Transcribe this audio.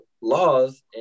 laws